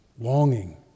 longing